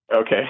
Okay